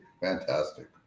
Fantastic